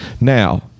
Now